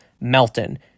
Melton